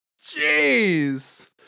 Jeez